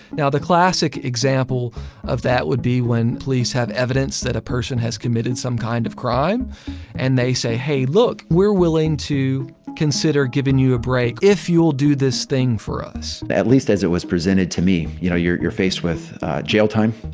now, the classic example of that would be when police have evidence that a person has committed some kind of crime and they say, hey, look, we're willing to consider giving you a break, if you will do this thing for us, at least as it was presented to me you know, you're you're faced with jail time.